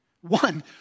One